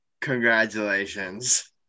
Congratulations